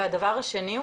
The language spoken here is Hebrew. הדבר השני,